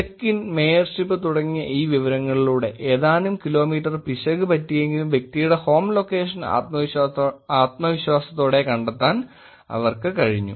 check in mayorship തുടങ്ങിയ ഈ വിവരങ്ങളിലൂടെ ഏതാനും കിലോമീറ്റർ പിശക് പറ്റിയെങ്കിലും വ്യക്തിയുടെ ഹോം ലൊക്കേഷൻ ആത്മവിശ്വാസത്തോടെ കണ്ടെത്താൻ അവർക്ക് കഴിഞ്ഞു